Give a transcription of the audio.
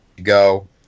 go